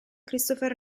christopher